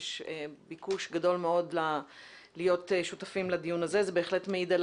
יש ביקוש גדול מאוד להיות שותפים לדיון הזה וזה בהחלט מעיד על